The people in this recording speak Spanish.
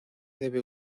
debe